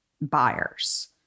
buyers